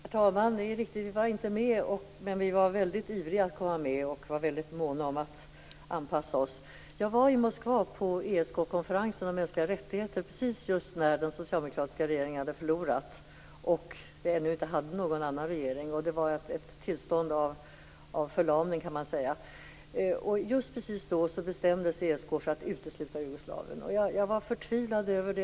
Herr talman! Det är riktigt. Vi var inte med. Men vi var väldigt ivriga att komma med. Vi var väldigt måna om att anpassa oss. Jag var i Moskva på ESK konferensen om mänskliga rättigheter precis när den socialdemokratiska regeringen hade förlorat och vi ännu inte hade någon annan regering. Det var ett tillstånd av förlamning, kan man säga. Just precis då bestämde sig ESK för att utesluta Jugoslavien. Jag var förtvivlad över det.